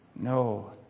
No